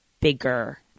bigger